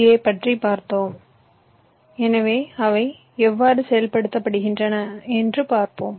ஏக்களைப் பார்த்தோம் எனவே அவை எவ்வாறு செயல்படுகின்றன என்று பார்ப்போம்